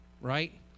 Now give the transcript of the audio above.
Right